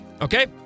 Okay